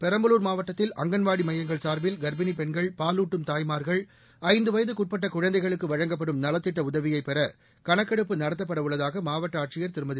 பெரம்பலூர் மாவட்டத்தில் அங்கன்வாடி மையங்கள் சார்பில் கர்ப்பிணிப் பெண்கள் பாலூட்டும் தாய்மார்கள் ஐந்து வயதுக்குட்பட்ட குழந்தைகளுக்கு வழங்கப்படும் நலத்திட்ட உதவியை பெற கணக்கெடுப்பு நடத்தப்படவுள்ளதாக மாவட்ட ஆட்சியர் திருமதி